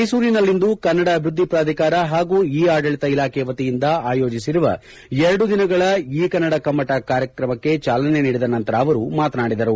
ಮೈಸೂರಿನಲ್ಲಿಂದು ಕನ್ನಡ ಅಭಿವೃದ್ದಿ ಪ್ರಾಧಿಕಾರ ಹಾಗೂ ಇ ಆಡಳತ ಇಲಾಖೆ ವತಿಯಿಂದ ಆಯೋಜಿಸಿರುವ ಎರಡು ದಿನಗಳ ಇ ಕನ್ನಡ ಕಮ್ಮಟ ಕಾರ್ಯಕ್ರಮಕ್ಕೆ ಚಾಲನೆ ನೀಡಿದ ನಂತರ್ನವರು ಮಾತನಾಡಿದರು